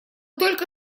только